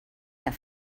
der